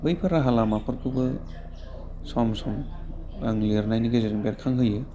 बैफोर राहा लामाफोरखौबो सम सम आं लिरनायनि गेजेरजों बेरखां होयो